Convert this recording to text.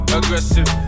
Aggressive